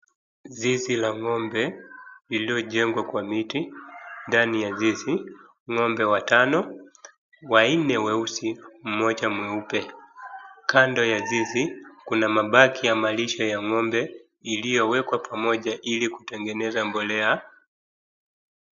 Zizi la ng'ombe iliojengwa kwa miti. Ndani ya zizi ng'ombe watano, wanne weusi, mmoja mweupe. Kando ya zizi kuna mabaki ya malishe ya ng'ombe iliyowekwa pamoja ili kutegeneza mbolea.